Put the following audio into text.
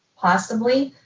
possibly,